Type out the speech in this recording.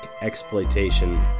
exploitation